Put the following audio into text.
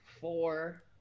four